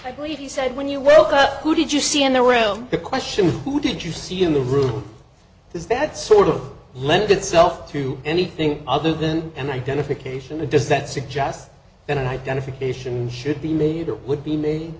i believe he said when you will that who did you see in the room the question who did you see in the room is that sort of lends itself to anything other than an identification a does that suggest an identification should be made or would be m